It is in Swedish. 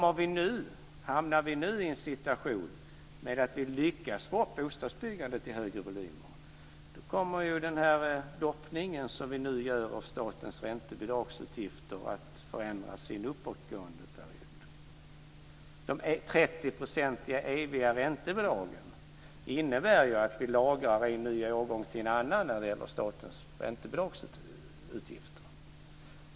Om vi nu hamnar i en situation där vi lyckas få upp bostadsbyggandet till högre volymer kommer den doppning som vi nu gör av statens räntebidragsutgifter att förändras i en uppåtgående period. De 30-procentiga eviga räntebidragen innebär ju att vi lagrar en årgång till en annan när det gäller statens räntebidragsutgifter.